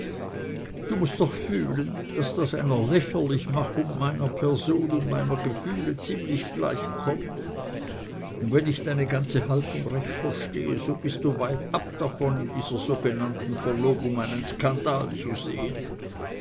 du mußt doch fühlen daß das einer lächerlichmachung meiner person und meiner gefühle ziemlich gleichkommt und wenn ich deine ganze haltung recht verstehe so bist du weitab davon in dieser sogenannten verlobung einen skandal zu sehen